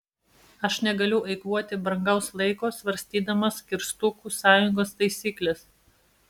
aš negaliu eikvoti brangaus laiko svarstydamas kirstukų sąjungos taisykles